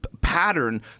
pattern